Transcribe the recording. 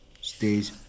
stage